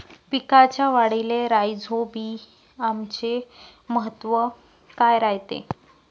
पिकाच्या वाढीले राईझोबीआमचे महत्व काय रायते?